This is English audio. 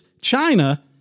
China